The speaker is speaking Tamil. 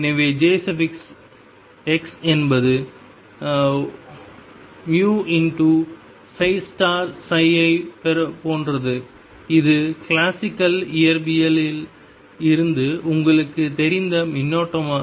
எனவே jx என்பது v× ஐப் போன்றது இது கிளாசிக்கல் இயற்பியலில் இருந்து உங்களுக்குத் தெரிந்த மின்னோட்டமாகும்